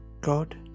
God